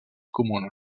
comuna